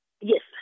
Yes